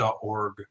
org